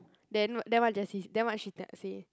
then what then what Jessie then what she te~ say